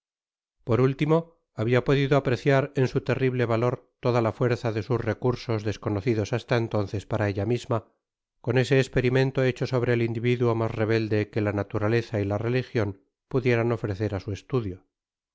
por último habia podido apreciar en su terrible valor toda la fuerza de sus recurgos desconocidos hasta entonces para ella misma cou ese esperimento hecho sobre el individuo mas rebelde que la naturaleza y la religion pudieran ofrecer á su estudio